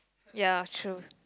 ya true